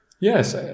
Yes